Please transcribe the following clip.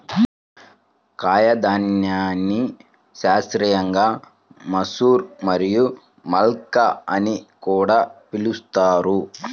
కాయధాన్యాన్ని శాస్త్రీయంగా మసూర్ మరియు మల్కా అని కూడా పిలుస్తారు